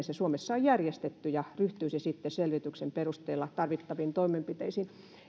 se suomessa on järjestetty ja että valtioneuvosto ryhtyisi sitten selvityksen perusteella tarvittaviin toimenpiteisiin